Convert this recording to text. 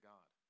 God